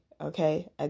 okay